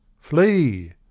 Flee